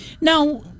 Now